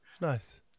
Nice